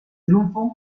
triunfo